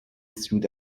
through